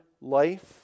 life